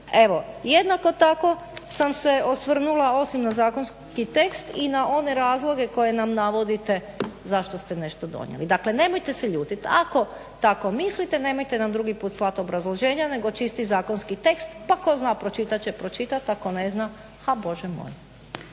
Evo. Jednako tako sam se osvrnula osim na zakonski tekst i na one razloge koje nam navodite zašto ste nešto donijeli. Dakle, nemojte se ljutiti ako tako mislite nemojte nam drugi put slat obrazloženja nego čisti zakonski tekst pa tko zna pročitat će pročitat, a tko ne zna a Bože moj.